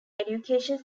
education